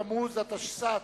י' בתמוז התשס"ט,